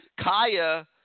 Kaya